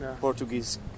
Portuguese